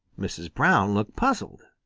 mrs. brown looked puzzled.